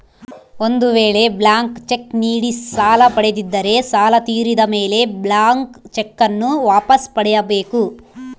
ಒಂದು ವೇಳೆ blank cheque ನೀಡಿ ಸಾಲ ಪಡೆದಿದ್ದರೆ ಸಾಲ ತೀರಿದ ಮೇಲೆ ಬ್ಲಾಂತ್ ಚೆಕ್ ನ್ನು ವಾಪಸ್ ಪಡೆಯ ಬೇಕು